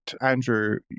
Andrew